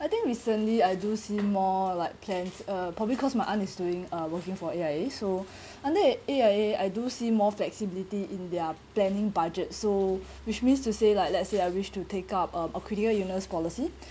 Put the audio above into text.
I think recently I do see more like plans uh probably cause my aunt is doing uh working for A_I_A so under A_I_A I do see more flexibility in their planning budget so which means to say like let's say I wish to take uh up a critical illness policy